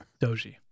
Doji